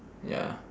ya